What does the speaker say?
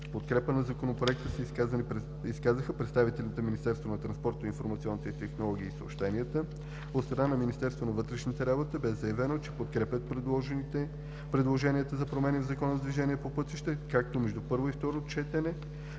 първо и второ четене,